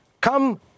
Come